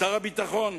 שר הביטחון,